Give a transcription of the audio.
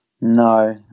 No